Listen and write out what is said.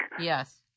Yes